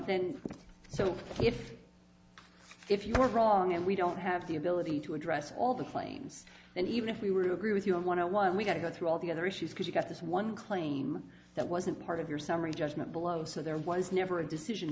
then so if if you are wrong and we don't have the ability to address all the claims and even if we were to agree with you don't want to one we've got to go through all the other issues because you got this one claim that wasn't part of your summary judgment below so there was never a decision